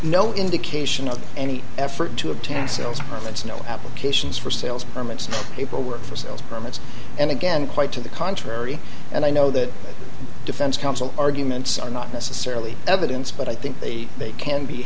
no indication of any effort to obtain sales permits no applications for sales permits people work for sales permits and again quite to the contrary and i know that defense counsel arguments are not necessarily evidence but i think they they can be